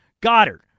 Goddard